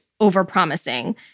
overpromising